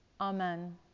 amen